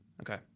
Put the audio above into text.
Okay